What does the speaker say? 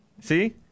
See